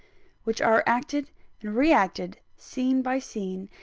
which are acted and re-acted, scene by scene,